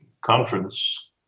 conference